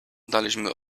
daliśmy